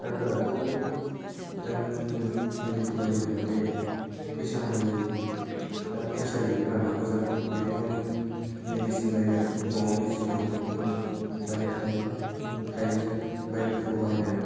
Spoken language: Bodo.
डाक्टारफोराथ' बिथांमोननि मुलिखौ बायनो थाङोबाथाय फैसा नांगौ जायो दा फैसा गैयैफोरा माखौ जानो बेफोरखौनो मिडिसिन बाहायनांगौ न'आवनो जि दं बेखौनो जारि फिथाइ हाइजें बायदिफोरखौ बाहायनानै